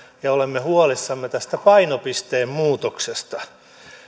ja olemme huolissamme tästä painopisteen muutoksesta